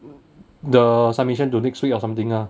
the submission to next week or something ah